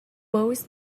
boys